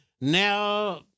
now